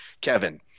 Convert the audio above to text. Kevin